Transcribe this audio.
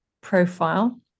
profile